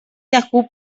yahoo